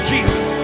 Jesus